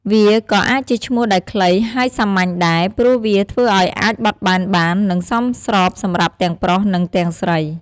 វាក៏អាចជាឈ្មោះដែលខ្លី ហើយសាមញ្ញដែរ ព្រោះវាធ្វើឱ្យអាចបត់បែនបាន និងសមស្របសម្រាប់ទាំងប្រុស និងទាំងស្រី។